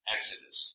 Exodus